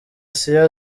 assia